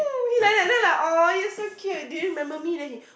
he like that then I like !aww! you so cute do you remember me then he